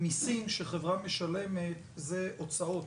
מיסים שחברה משלמת זה הוצאות.